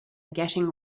getting